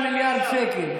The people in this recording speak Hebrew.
מיליארד שקל.